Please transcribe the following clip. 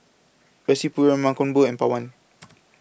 Rasipuram Mankombu and Pawan